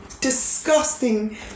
disgusting